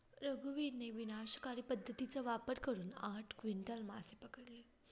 रघुवीरने विनाशकारी पद्धतीचा वापर करून आठ क्विंटल मासे पकडले